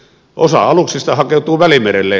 osa aluksista hakeutuu välimerelle